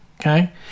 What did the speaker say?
okay